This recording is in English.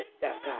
God